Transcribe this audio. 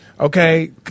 okay